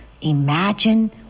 Imagine